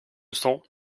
sens